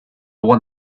want